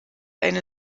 eine